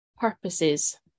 purposes